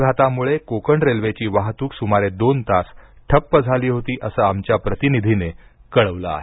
अपघातामुळे कोकण रेल्वेची वाहतूक सुमारे दोन तास ठप्प झाली होती असं आमच्या प्रतिनिधीने कळवलं आहे